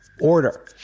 order